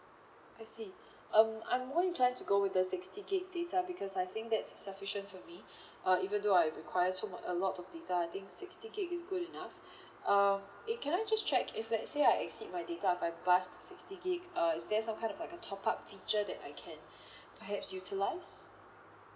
I see um I'm more inclined to go with the sixty gig data because I think that's sufficient for me uh even though I require so mu~ a lot of data I think sixty gig is good enough um eh can I just check if let's say I exceed my data if I bust sixty gig uh is there some kind of like a top up feature that I can perhaps utilize